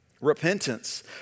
Repentance